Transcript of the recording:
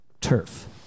turf